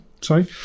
Sorry